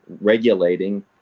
regulating